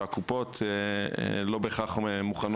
והקופות לא בהכרח מוכנות לשאת בזה.